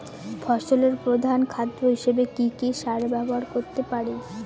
ফসলের প্রধান খাদ্য হিসেবে কি কি সার ব্যবহার করতে পারি?